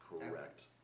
correct